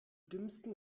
dümmsten